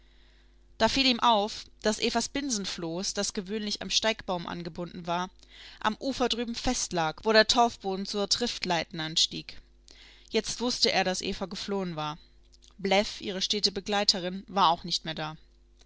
da fiel ihm auf daß evas binsenfloß das gewöhnlich am steigbaum angebunden war am ufer drüben festlag wo der torfboden zur triftleiten anstieg jetzt wußte er daß eva geflohen war bläff ihre stete begleiterin war auch nicht mehr da